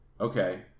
Okay